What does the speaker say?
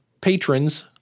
patrons